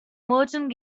merchant